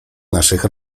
naszych